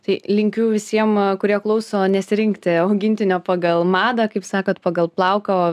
tai linkiu visiem kurie klauso nesirinkti augintinio pagal madą kaip sakot pagal plauką o